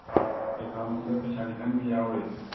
ꯑꯦꯀꯥꯎꯟꯗ ꯄꯩꯁꯥ ꯈꯤꯇꯪꯗꯤ ꯌꯥꯎꯔꯤ